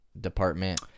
department